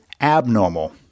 abnormal